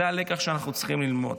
זה הלקח שאנחנו צריכים ללמוד.